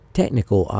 technical